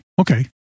Okay